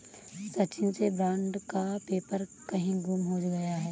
सचिन से बॉन्ड का पेपर कहीं गुम हो गया है